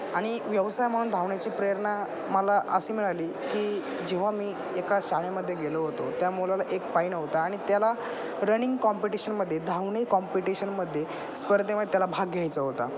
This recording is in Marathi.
आणि व्यवसाय म्हणून धावण्याची प्रेरणा मला अशी मिळाली की जेव्हा मी एका शाळेमध्ये गेलो होतो त्या मुलाला एक पाय नव्हता आणि त्याला रनिंग कॉम्पिटिशनमध्ये धावणे कॉम्पिटिशनमध्ये स्पर्धेमध्ये त्याला भाग घ्यायचा होता